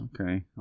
Okay